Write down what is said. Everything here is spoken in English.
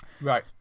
right